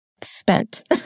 spent